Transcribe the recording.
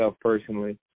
personally